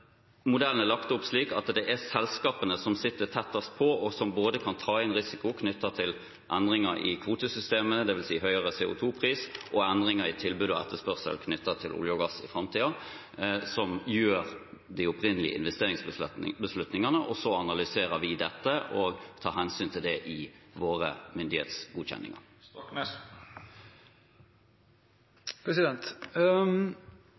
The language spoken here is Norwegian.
modellen er lagt opp slik at det er selskapene som sitter tettest på, og som både kan ta inn risiko knyttet til endringer i kvotesystemet, dvs. høyere CO2-pris, og endringer i tilbud og etterspørsel knyttet til olje og gass i framtiden, som gjør de opprinnelige investeringsbeslutningene. Så analyserer vi dette og tar hensyn til det i våre myndighetsgodkjenninger.